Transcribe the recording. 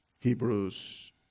Hebrews